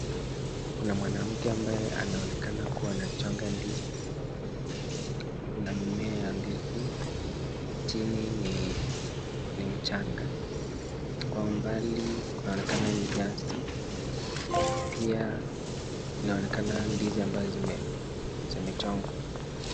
Kuna mwanamke ambaye anaonekana kuwa anachonga ndizi. Kuna mimea ya ndizi, jini ni mjanga kwa umbali kuonekana ni basi. Pia inaonekana ndizi ambazo zimejongwa.